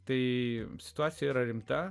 tai situacija yra rimta